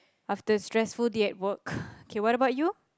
after stressful day at work k what about you